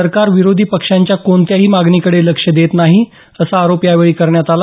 सरकार विरोधी पक्षांच्या कोणत्याही मागणीकडे लक्ष देत नाही असा आरोप यावेळी करण्यात आला